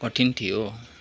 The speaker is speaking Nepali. कठिन थियो